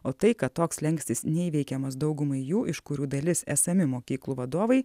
o tai kad toks slenkstis neįveikiamas daugumai jų iš kurių dalis esami mokyklų vadovai